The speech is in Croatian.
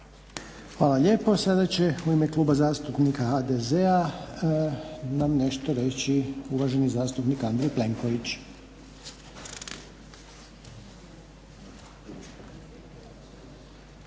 Hvala lijepo. Sada će u ime Kluba zastupnika HDZ-a nam nešto reći uvaženi zastupnik Andrej Plenković.